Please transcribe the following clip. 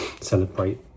celebrate